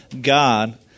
God